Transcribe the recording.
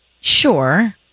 sure